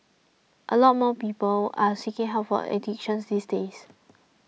a lot more people are seeking help for addictions these days